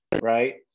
Right